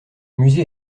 musée